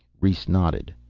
rhes nodded.